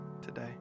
today